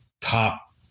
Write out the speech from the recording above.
top